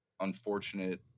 unfortunate